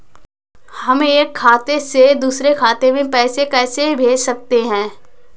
हम एक खाते से दूसरे खाते में पैसे कैसे भेज सकते हैं?